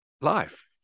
life